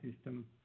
system